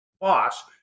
boss